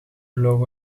vlogen